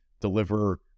deliver